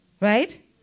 Right